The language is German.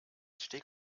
steg